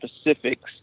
specifics